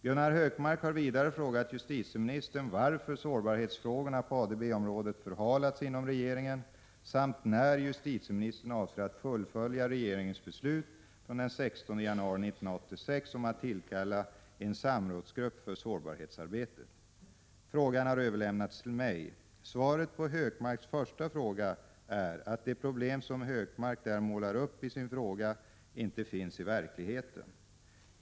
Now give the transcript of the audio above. Gunnar Hökmark har vidare frågat justitieministern varför sårbarhetsfrågorna på ADB-området förhalats inom regeringen samt när justitieministern avser att fullfölja regeringsbeslutet från den 16 januari 1986 om att tillkalla en samrådsgrupp för sårbarhetsarbetet. Frågorna har överlämnats till mig. Svaret på Hökmarks första fråga är att de problem som Hökmark målar upp i sin fråga inte finns i verkligheten.